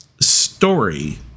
story